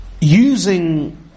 using